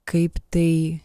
kaip tai